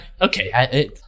Okay